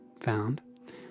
found